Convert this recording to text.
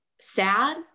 sad